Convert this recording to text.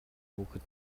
хүүхэд